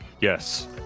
yes